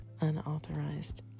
unauthorized